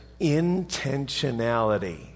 intentionality